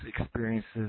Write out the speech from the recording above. experiences